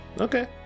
okay